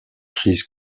crise